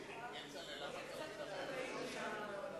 אני רוצה להגיד שפגענו באירופים קמעא בשבוע הזה.